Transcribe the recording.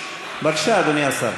בבקשה, אדוני השר.